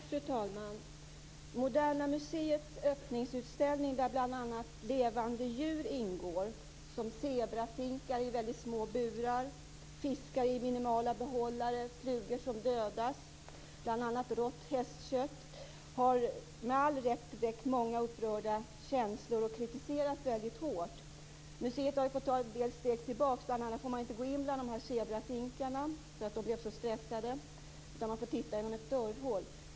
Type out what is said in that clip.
Fru talman! Moderna museets öppningsutställning, där bl.a. levande djur ingår - zebrafinkar i väldigt små burar, fiskar i minimala behållare och flugor som dödas - samt rått hästkött, har med all rätt väckt många upprörda känslor och kritiserats väldigt hårt. Museet har fått ta en del steg tillbaka. Man får bl.a. inte gå in bland zebrafinkarna, därför att de blev så stressade, utan man få titta genom ett dörrhål.